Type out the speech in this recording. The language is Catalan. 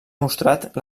mostrat